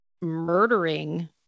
murdering